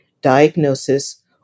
diagnosis